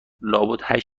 لابد